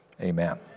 Amen